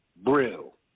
Brill